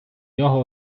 нього